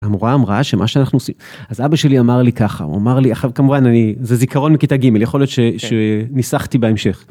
המורה אמרה שמה שאנחנו עושים, אז אבא שלי אמר לי ככה, הוא אמר לי, עכשיו כמובן זה זיכרון מכיתה ג' יכול להיות שניסחתי בהמשך.